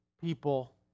people